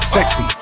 Sexy